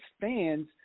fans –